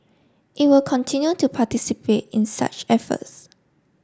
it will continue to participate in such efforts